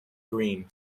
green